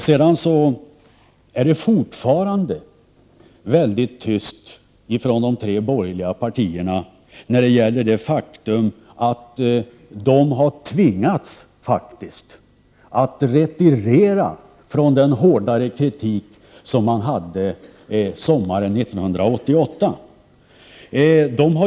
Det är fortfarande väldigt tyst från de tre borgerliga partierna när det gäller det faktum att de faktiskt har tvingats retirera från den hårdare kritik som de framförde sommaren 1988.